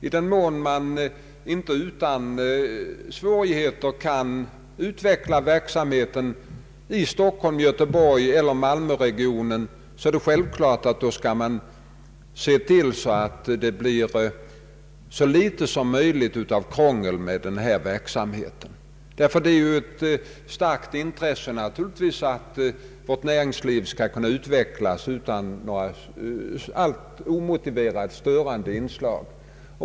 I den mån man inte utan svårigheter kan utveckla verksamheten i Stockholms-, Göteborgseller Malmöregionerna, är det självklart att man bör se till att det blir så litet krångel som möjligt med denna verksamhet, ty det är naturligtvis ett starkt intresse att vårt näringsliv skall kunna utvecklas utan alltför omotiverat störande inslag.